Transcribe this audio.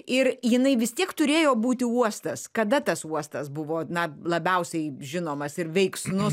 ir jinai vis tiek turėjo būti uostas kada tas uostas buvo na labiausiai žinomas ir veiksnus